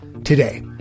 Today